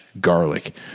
garlic